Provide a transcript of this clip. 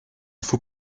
faux